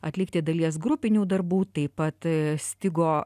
atlikti dalies grupinių darbų taip pat stigo